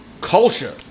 culture